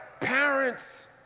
parents